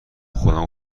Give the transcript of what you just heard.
خودم